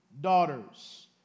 daughters